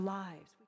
lives